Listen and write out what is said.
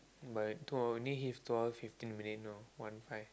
but two hour need hit two hour fifteen minute know one five